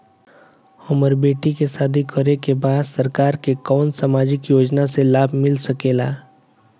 हमर बेटी के शादी करे के बा सरकार के कवन सामाजिक योजना से लाभ मिल सके ला?